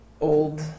old